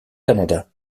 canada